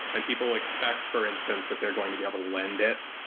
and people expect, for instance, that they're going to be able to lend it,